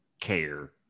care